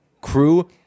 crew